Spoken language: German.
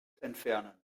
entfernen